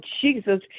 jesus